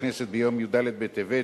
התקבל בכנסת ביום י"ד בטבת,